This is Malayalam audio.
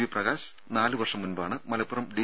വി പ്രകാശ് നാലു വർഷം മുമ്പാണ് മലപ്പുറം ഡി